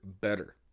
better